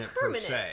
permanent